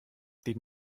die